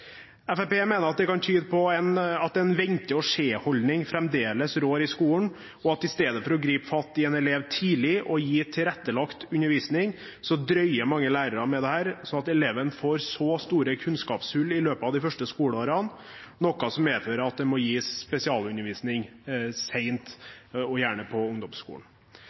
mener at det kan tyde på at en vente-og-se-holdning fremdeles rår i skolen, og at i stedet for å gripe fatt i en elev tidlig og gi tilrettelagt undervisning, drøyer mange lærere med dette, sånn at eleven får store kunnskapshull i løpet av de første skoleårene, noe som medfører at det må gis spesialundervisning sent, gjerne på ungdomsskolen.